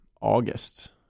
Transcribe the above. August